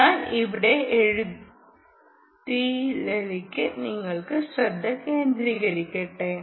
ഞാൻ ഇവിടെ എഴുതിയതിലേക്ക് നിങ്ങളുടെ ശ്രദ്ധ ആകർഷിക്കട്ടെ